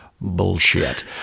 bullshit